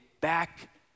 back